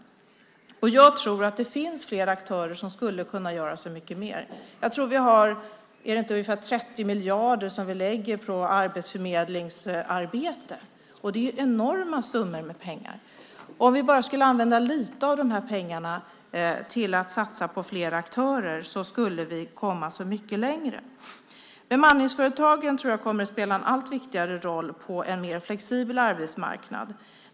Jag tror att det finns flera aktörer som skulle kunna göra så mycket mer. Vi lägger runt 30 miljarder på arbetsförmedlingsarbete. Det är enorma summor. Om vi bara skulle använda lite av dessa pengar till att satsa på fler aktörer skulle vi komma så mycket längre. Bemanningsföretagen tror jag kommer att spela en allt viktigare roll på en mer flexibel arbetsmarknad.